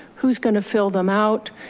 who's gonna fill them out?